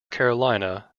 carolina